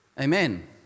Amen